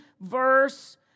verse